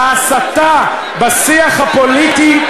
ההסתה בשיח הפוליטי,